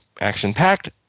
action-packed